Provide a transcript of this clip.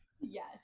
Yes